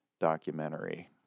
documentary